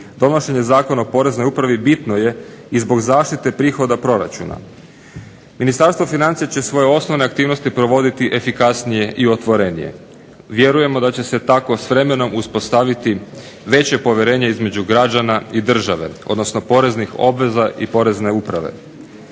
donošenje Zakona o Poreznoj upravi bitno je i zbog zaštite prihoda proračuna. Ministarstvo financija će svoje osnovne aktivnosti provoditi efikasnije i otvorenije. Vjerujemo da će se tako s vremenom uspostaviti veće povjerenje između građana i države, odnosno poreznih obveza i Porezne uprave.